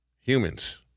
humans